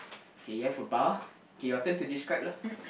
K you have a bar K your turn to describe lah